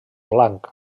blanc